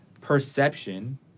perception